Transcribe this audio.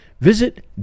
Visit